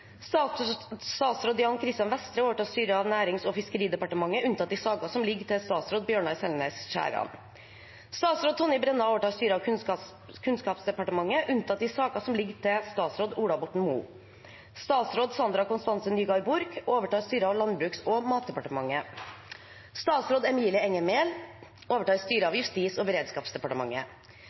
Statsråd Jan Christian Vestre overtar styret av Nærings- og fiskeridepartementet, unntatt de saker som ligger til statsråd Bjørnar Selnes Skjæran. Statsråd Tonje Brenna overtar styret av Kunnskapsdepartementet, unntatt de saker som ligger til statsråd Ola Borten Moe. Statsråd Sandra Konstance Nygård Borch overtar styret av Landbruks- og matdepartementet. Statsråd Emilie Enger Mehl overtar styret av Justis- og beredskapsdepartementet.